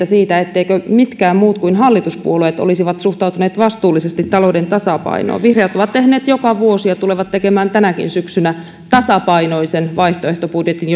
siitä etteivät mitkään muut kuin hallituspuolueet olisi suhtautuneet vastuullisesti talouden tasapainoon vihreät ovat tehneet jopa vuosia tulevat tekemään tänäkin syksynä tasapainoisen vaihtoehtobudjetin